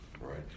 Right